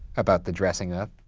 about the dressing up?